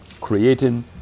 creating